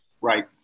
Right